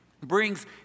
brings